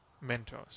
mentors